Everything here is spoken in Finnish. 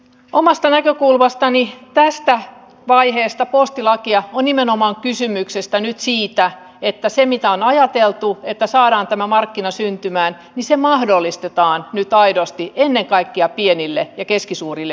omasta näkökulmastani tässä vaiheessa postilakia on nimenomaan kysymys nyt siitä että se miten on ajateltu että saadaan tämä markkina syntymään mahdollistetaan nyt aidosti ennen kaikkea pienille ja keskisuurille yrityksille